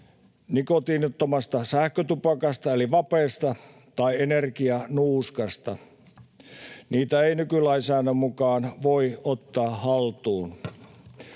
nikotiinittomasta sähkötupakasta eli vapesta tai energianuuskasta. Niitä ei nykylainsäädännön mukaan voi ottaa haltuun.